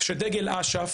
שדגל אש"ף